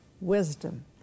wisdom